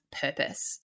purpose